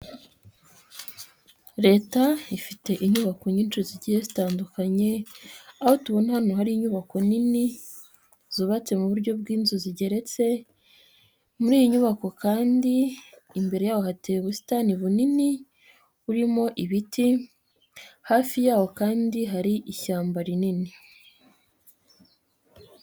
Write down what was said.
Leta ifite inyubako nyinshi zigiye zitandukanye, aho tubona ahantu hano hari inyubako nini zubatse mu buryo bw'inzu zigeretse, muri iyi nyubako kandi imbere yaho hateye ubusitani bunini burimo ibiti, hafi yaho kandi hari ishyamba rinini.